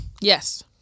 Yes